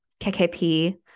KKP